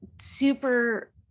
super